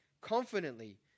confidently